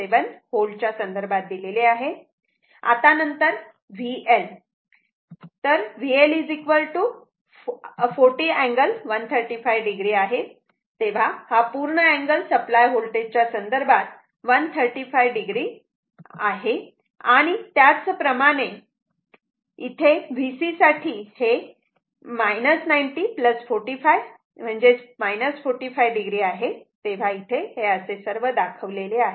7 V च्या संदर्भात दिलेले आहे आता नंतर VL VL 40 अँगल 135 o आहे तेव्हा हा पूर्ण अँगल सप्लाय वोल्टेज च्या संदर्भात 135o आहे आणि त्याच प्रमाणे इथे VC साठी हे 90 45 45o आहे तेव्हा इथे हे असे सर्व दाखवलेले आहे